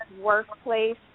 workplace